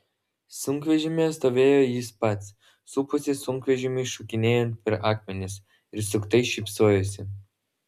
sunkvežimyje stovėjo jis pats suposi sunkvežimiui šokinėjant per akmenis ir suktai šypsojosi